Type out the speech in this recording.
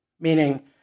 Meaning